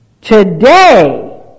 today